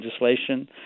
legislation